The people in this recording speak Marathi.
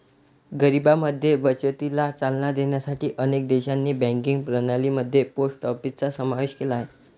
गरिबांमध्ये बचतीला चालना देण्यासाठी अनेक देशांनी बँकिंग प्रणाली मध्ये पोस्ट ऑफिसचा समावेश केला आहे